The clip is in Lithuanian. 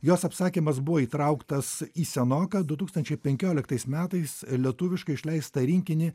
jos apsakymas buvo įtrauktas į senoką du tūkstančiai penkioliktais metais lietuviškai išleistą rinkinį